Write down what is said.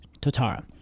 totara